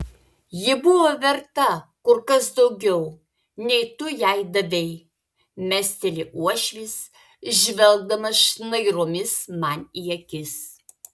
ji buvo verta kur kas daugiau nei tu jai davei mesteli uošvis žvelgdamas šnairomis man į akis